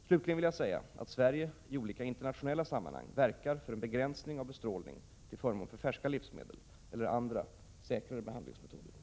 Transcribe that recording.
Slutligen vill jag säga att Sverige i olika internationella sammanhang verkar för en begränsning av bestrålning till förmån för färska livsmedel eller andra, säkrare behandlingsmetoder.